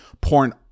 porn